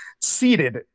seated